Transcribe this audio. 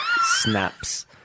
snaps